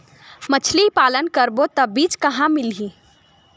मछरी पालन करबो त बीज कहां मिलही?